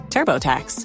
TurboTax